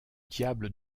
diable